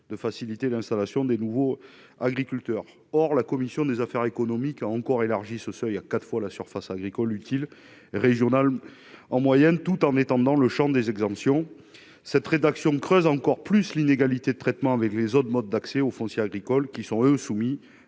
: faciliter l'installation de nouveaux agriculteurs. Or la commission des affaires économiques a encore accru le seuil plafond à quatre fois la surface agricole utile régionale moyenne, tout en étendant le champ des exemptions. Cette rédaction creuse encore l'inégalité de traitement que subissent les autres modes d'accès au foncier agricole, soumis, eux, à un